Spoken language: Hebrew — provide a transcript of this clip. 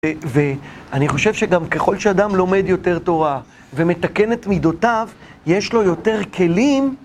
ו ואני חושב שגם ככל שאדם לומד יותר תורה ומתקנ את מידותיו, יש לו יותר כלים